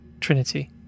Trinity